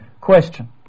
question